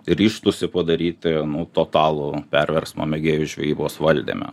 ryžtųsi padaryti nu totalų perversmą mėgėjų žvejybos valdyme